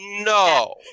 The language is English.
No